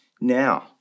now